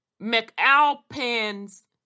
McAlpin's